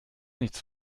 nichts